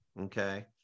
okay